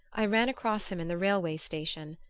i ran across him in the railway-station.